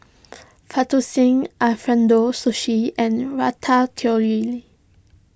Fettuccine Alfredo Sushi and Ratatouille